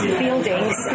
buildings